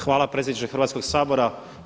Hvala predsjedniče Hrvatskoga sabora.